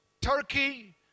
Turkey